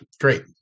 Great